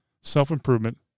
self-improvement